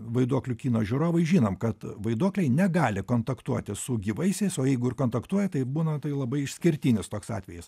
vaiduoklių kino žiūrovai žinom kad vaiduokliai negali kontaktuoti su gyvaisiais o jeigu ir kontaktuoja tai būna tai labai išskirtinis toks atvejis